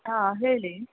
ಹಾಂ ಹೇಳಿ